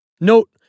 Note